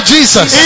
Jesus